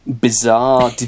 bizarre